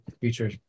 future